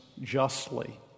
justly